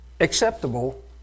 acceptable